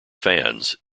fans